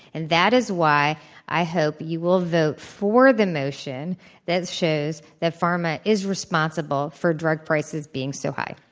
and that is why i hope you will vote for the motion that shows that pharma is responsible for drug prices being so high.